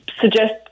suggest